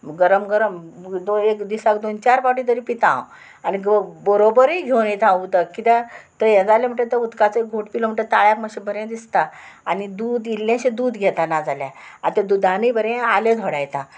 गरम गरम एक दिसाक दोन चार पावटी तरी पिता हांव आनी गो बरोबरूय घेवन येता हांव उदक कित्याक तें हें जालें म्हणटगीर तें उदकाचें घोट पिलो म्हणटा ताळ्या मातशें बरें दिसता आनी दूद इल्लेंशें दूद घेता नाजाल्यार आनी तें दुदानूय बरें आलें धोडायता